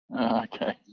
okay